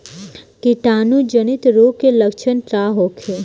कीटाणु जनित रोग के लक्षण का होखे?